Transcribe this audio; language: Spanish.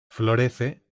florece